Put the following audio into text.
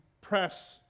press